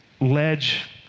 ledge